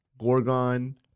Gorgon